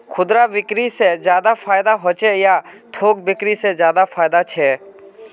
खुदरा बिक्री से ज्यादा फायदा होचे या थोक बिक्री से ज्यादा फायदा छे?